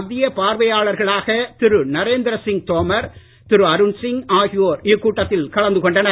மத்திய பார்வையாளர்களாக திரு நரேந்திர சிங் தோமர் திரு அருண் சிங் ஆகியோர் இக்கூட்டத்தில் கலந்து கொண்டனர்